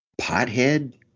pothead